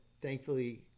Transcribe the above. thankfully